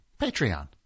Patreon